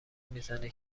میزنه